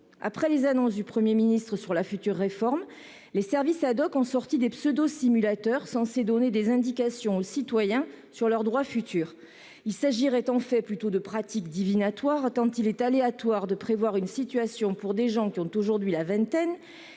Après les annonces du Premier ministre sur la future réforme, les services ont sorti des pseudo-simulateurs, censés donner des indications aux citoyens sur leurs droits futurs. En fait, il s'agirait plutôt de pratiques divinatoires, tant il est aléatoire de prévoir une situation pour des gens qui ont aujourd'hui la vingtaine